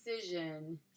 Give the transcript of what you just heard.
decision